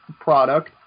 product